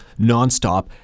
nonstop